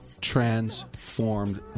transformed